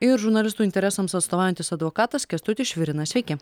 ir žurnalistų interesams atstovaujantis advokatas kęstutis švirinas sveiki